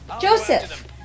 Joseph